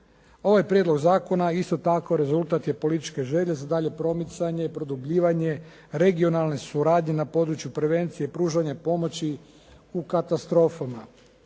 Ovaj prijedlog zakona isto tako rezultat je političke želje za daljnje promicanje, produbljivanje regionalne suradnje na području prevencije pružanja pomoći u katastrofama.